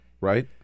right